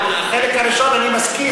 עם החלק הראשון אני מסכים,